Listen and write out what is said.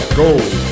gold